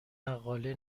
مقاله